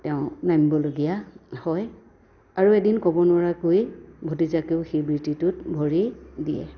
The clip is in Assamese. তেওঁ নামিবলগীয়া হয় আৰু এদিন ক'ব নোৱাৰাকৈ ভতিজাকেও সেই বৃত্তিটোত ভৰি দিয়ে